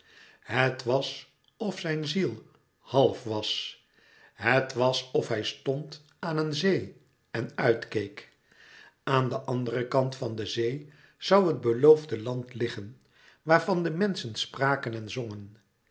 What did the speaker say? het was of zijn ziel half was het was of hij stond aan een zee en uitkeek aan den anderen kant van de zee zoû het beloofde land liggen waarvan de menlouis couperus metamorfoze schen spraken en zongen